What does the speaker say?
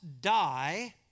die